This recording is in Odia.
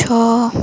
ଛଅ